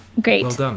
Great